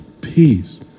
peace